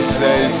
say